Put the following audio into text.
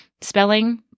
spelling